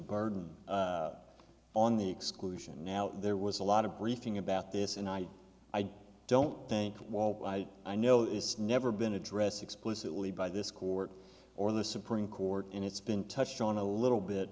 burden on the exclusion now there was a lot of briefing about this and i don't think wall i know it's never been addressed explicitly by this court or the supreme court and it's been touched on a little bit